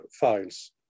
files